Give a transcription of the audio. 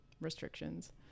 restrictions